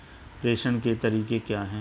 प्रेषण के तरीके क्या हैं?